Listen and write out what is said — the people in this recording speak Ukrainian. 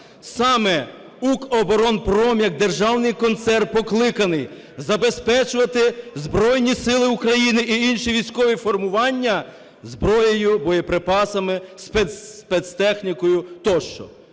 Саме "Укроборонпром" як державний концерн покликаний забезпечувати Збройні Сили України і інші військові формування зброєю, боєприпасами, спецтехнікою тощо.